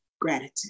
gratitude